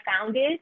founded